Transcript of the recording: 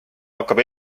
hakkab